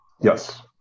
Yes